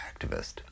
activist